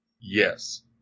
Yes